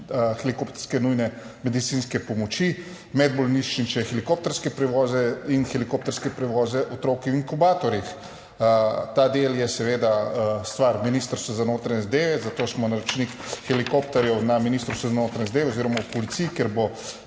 helikopterske nujne medicinske pomoči, medbolnišnične helikopterske prevoze in helikopterske prevoze otrok v inkubatorjih. Ta del je seveda stvar Ministrstva za notranje zadeve, zato smo naročnik helikopterjev na Ministrstvu za notranje zadeve oziroma v Policiji, kjer bo